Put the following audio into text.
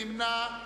חנא סוייד,